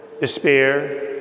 despair